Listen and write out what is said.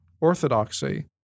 orthodoxy